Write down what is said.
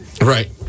right